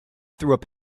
through